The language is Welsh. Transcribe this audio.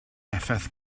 effaith